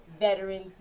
Veterans